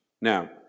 Now